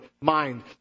mind